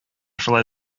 шулай